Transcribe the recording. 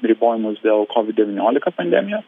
ribojimus dėl kovid devyniolika pandemijos